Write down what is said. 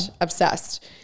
Obsessed